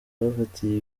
bafatiye